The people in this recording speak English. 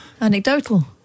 Anecdotal